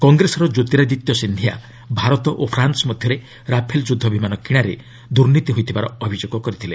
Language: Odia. କଂଗ୍ରେସର ଜ୍ୟୋତିରାଦିତ୍ୟ ସିନ୍ଧିଆ ଭାରତ ଓ ଫ୍ରାନ୍ସ ମଧ୍ୟରେ ରାଫେଲ୍ ଯୁଦ୍ଧ ବିମାନ କିଣାରେ ଦୁର୍ନୀତି ହୋଇଥିବା ଅଭିଯୋଗ କରିଛନ୍ତି